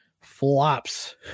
flops